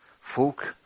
folk